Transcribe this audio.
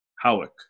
Howick